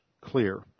clear